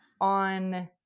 on